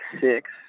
six